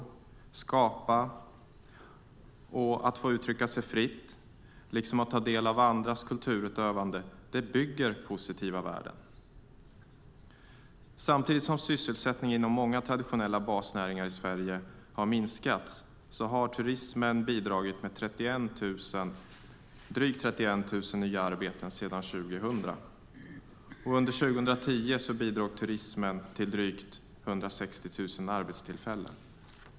Att skapa och att få uttrycka sig fritt liksom att ta del av andras kulturutövande bygger positiva värden. Samtidigt som sysselsättningen inom många traditionella basnäringar i Sverige har minskat har turismen bidragit med drygt 31 000 nya arbeten sedan 2000. Under 2010 bidrog turismen till drygt 160 000 arbetstillfällen.